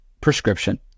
prescription